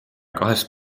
kahest